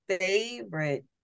favorite